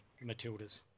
Matilda's